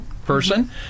Person